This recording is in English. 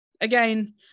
again